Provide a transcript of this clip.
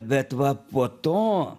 bet va po to